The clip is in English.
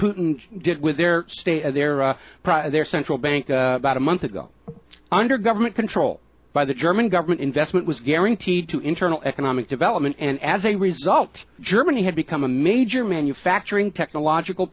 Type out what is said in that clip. putin did with their state their central bank about a month ago under government control by the german government investment was guaranteed to internal economic development and as a result germany had become a major manufacturing technological